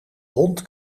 hond